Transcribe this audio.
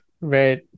Right